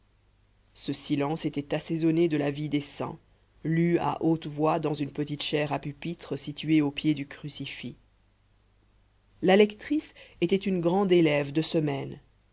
ce silence était assaisonné de la vie des saints lue à haute voix dans une petite chaire à pupitre située au pied du crucifix la lectrice était une grande élève de semaine